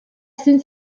ezin